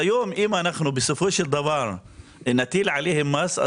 היום אם אנחנו בסופו של דבר נטיל עליהם מס,